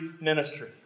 ministry